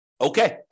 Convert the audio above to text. Okay